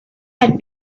had